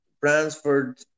Bransford